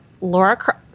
Laura